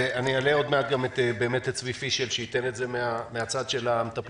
ואעלה עוד מעט את צבי פישל שיציג את זה מן הצד של המטפלים,